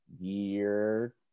year